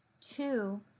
Two